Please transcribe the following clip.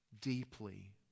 deeply